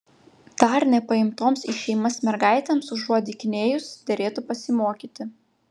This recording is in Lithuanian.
dar nepaimtoms į šeimas mergaitėms užuot dykinėjus derėtų pasimokyti